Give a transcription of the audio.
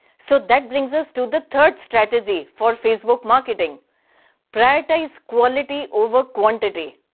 so that brings us to the third strategy for facebook marketing prioritise quality over quantity.